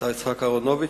השר יצחק אהרונוביץ,